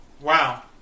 Wow